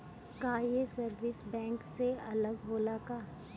का ये service bank से अलग होला का?